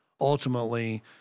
ultimately